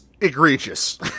egregious